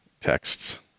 texts